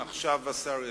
עכשיו השר ישיב,